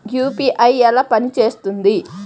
UPI ఎలా పనిచేస్తుంది?